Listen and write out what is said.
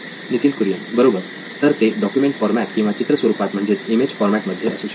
नितीन कुरियन बरोबर तर ते डॉक्युमेंट फॉरमॅट किंवा चित्र स्वरूपात म्हणजेच इमेज फॉरमॅट मध्ये असू शकेल